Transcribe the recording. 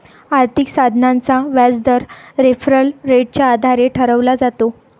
आर्थिक साधनाचा व्याजदर रेफरल रेटच्या आधारे ठरवला जातो